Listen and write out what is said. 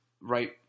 right